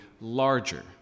larger